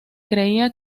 creía